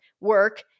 work